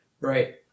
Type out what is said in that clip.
Right